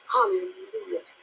Hallelujah